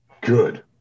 good